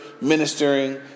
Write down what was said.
ministering